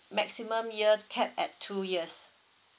maximum year capped at two years